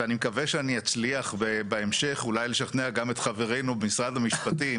ואני מקווה שאני אצליח בהמשך אולי לשכנע גם את חברינו במשרד המשפטים